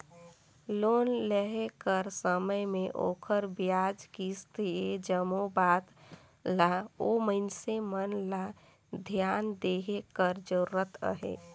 loan लेय कर समे में ओखर बियाज, किस्त ए जम्मो बात ल ओ मइनसे मन ल धियान देहे कर जरूरत अहे